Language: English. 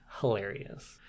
hilarious